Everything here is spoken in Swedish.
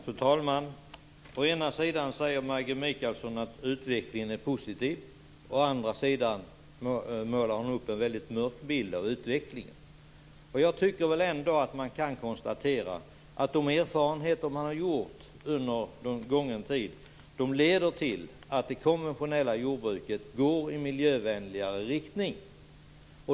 Fru talman! Å ena sidan säger Maggi Mikaelsson att utvecklingen är positiv. Å andra sidan målar hon upp en väldigt mörk bild av utvecklingen. Men man konstatera att de erfarenheter som gjorts leder till att det konventionella jordbruket går i miljövänligare riktning.